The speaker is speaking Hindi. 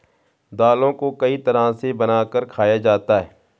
दालों को कई तरह से बनाकर खाया जाता है